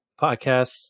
Podcasts